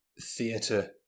theatre